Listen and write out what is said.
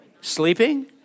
Sleeping